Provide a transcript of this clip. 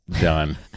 done